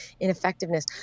ineffectiveness